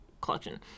collection